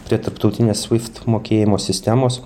prie tarptautinės swift mokėjimo sistemos